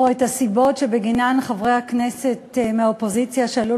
או את הסיבות שבגינן חברי הכנסת מהאופוזיציה שעלו